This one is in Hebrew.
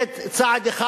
זה צעד אחד.